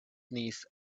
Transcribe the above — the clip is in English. knees